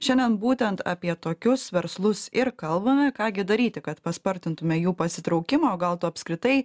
šiandien būtent apie tokius verslus ir kalbame ką gi daryti kad paspartintume jų pasitraukimo o gal to apskritai